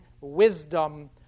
wisdom